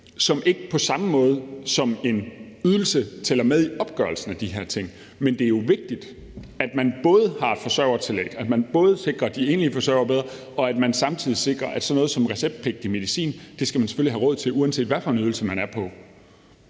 det ikke på samme måde som en ydelse tæller med i opgørelsen af de her ting. Men det er jo vigtigt, at vi både har forsørgertillæg, altså at vi sikrer de enlige forsørger bedre, og samtidig sikrer, at sådan noget som receptpligtig medicin skal man selvfølgelig have råd til, uanset hvilken ydelse man er på.